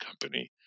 company